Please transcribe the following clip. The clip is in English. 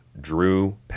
Drew